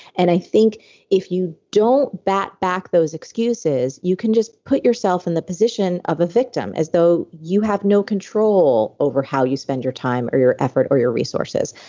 and i think if you don't bat back those excuses, you can just put yourself in the position of a victim, as though you have no control over how you spend your time or your effort or your resources.